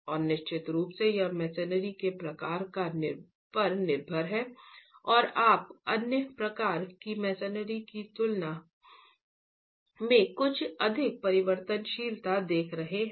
और निश्चित रूप से यह मसनरी के प्रकार पर निर्भर है कि आप अन्य प्रकार की मसनरी की तुलना में कुछ अधिक परिवर्तनशीलता देख रहे हैं